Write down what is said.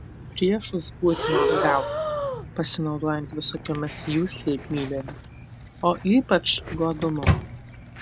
priešus būtina apgauti pasinaudojant visokiomis jų silpnybėmis o ypač godumu